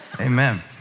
Amen